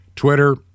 Twitter